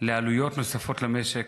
לעלויות נוספות למשק,